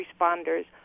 responders